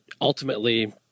ultimately